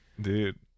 Dude